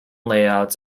layouts